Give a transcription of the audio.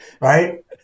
right